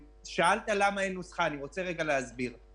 השר הסביר שזה רק לקיצור תהליכים,